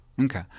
Okay